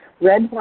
Red